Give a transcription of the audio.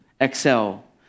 Excel